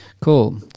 Cool